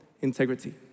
integrity